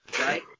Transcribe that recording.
right